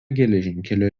geležinkelio